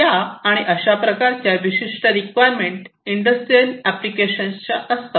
या आणि अशा प्रकारच्या विशिष्ट रिक्वायरमेंट इंडस्ट्रियल एप्लिकेशनच्या असतात